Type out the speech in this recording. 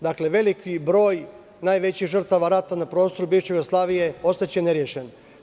Dakle, veliki broj najvećih žrtava rata na prostoru bivše Jugoslavije ostaće nerešen.